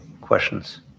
questions